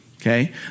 Okay